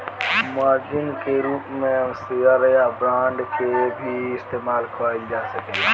margin के रूप में शेयर या बांड के भी इस्तमाल कईल जा सकेला